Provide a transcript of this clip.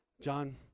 John